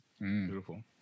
beautiful